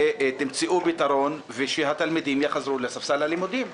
ותמצאו פתרון, ושהתלמידים יחזרו לספסל הלימודים.